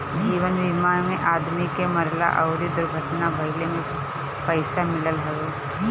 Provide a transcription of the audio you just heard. जीवन बीमा में आदमी के मरला अउरी दुर्घटना भईला पे पईसा मिलत हवे